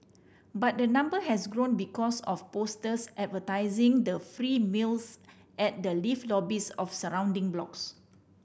but the number has grown because of posters advertising the free meals at the lift lobbies of surrounding blocks